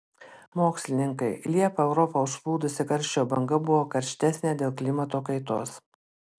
mokslininkai liepą europą užplūdusi karščio banga buvo karštesnė dėl klimato kaitos